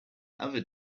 other